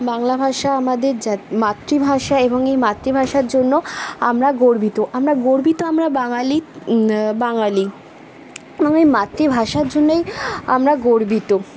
বাংলা ভাষা আমাদের জাত মাতৃভাষা এবং এই মাতৃভাষার জন্য আমরা গর্বিত আমরা গর্বিত আমরা বাঙালি বাঙালি এবং এই মাতৃভাষার জন্যই আমরা গর্বিত